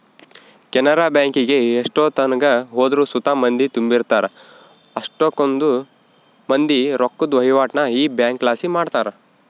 ಕೆನರಾ ಬ್ಯಾಂಕಿಗೆ ಎಷ್ಟೆತ್ನಾಗ ಹೋದ್ರು ಸುತ ಮಂದಿ ತುಂಬಿರ್ತಾರ, ಅಷ್ಟಕೊಂದ್ ಮಂದಿ ರೊಕ್ಕುದ್ ವಹಿವಾಟನ್ನ ಈ ಬ್ಯಂಕ್ಲಾಸಿ ಮಾಡ್ತಾರ